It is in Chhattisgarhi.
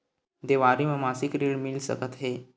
देवारी म मासिक ऋण मिल सकत हे?